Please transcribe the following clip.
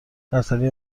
برتری